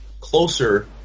closer